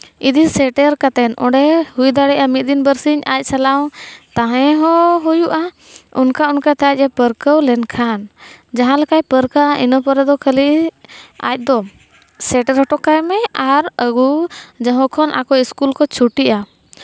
ᱤᱫᱤ ᱥᱮᱴᱮᱨ ᱠᱟᱛᱮᱫ ᱚᱸᱰᱮ ᱦᱩᱭ ᱫᱟᱲᱮᱭᱟᱜᱼᱟ ᱢᱤᱫ ᱫᱤᱱ ᱵᱟᱨᱥᱤᱧ ᱟᱡ ᱥᱟᱞᱟᱜ ᱛᱟᱦᱮᱸ ᱦᱚᱸ ᱦᱩᱭᱩᱜᱼᱟ ᱚᱱᱠᱟ ᱚᱱᱠᱟᱛᱮ ᱟᱡᱼᱮ ᱯᱟᱹᱨᱠᱟᱹᱣ ᱞᱮᱱᱠᱷᱟᱱ ᱡᱟᱦᱟᱸ ᱞᱮᱠᱟᱭ ᱯᱟᱹᱨᱠᱟᱹᱜᱼᱟ ᱤᱱᱟᱹ ᱯᱚᱨᱮ ᱫᱚ ᱠᱷᱟᱹᱞᱤ ᱟᱡ ᱫᱚ ᱥᱮᱴᱮᱨ ᱦᱚᱴᱚ ᱠᱟᱭᱢᱮ ᱟᱨ ᱟᱹᱜᱩ ᱡᱚᱠᱷᱚᱱ ᱟᱠᱚ ᱥᱠᱩᱞ ᱠᱚ ᱪᱷᱩᱴᱤᱜᱼᱟ